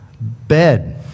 bed